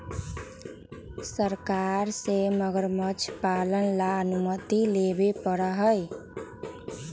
सरकार से मगरमच्छ पालन ला अनुमति लेवे पडड़ा हई